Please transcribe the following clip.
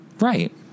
Right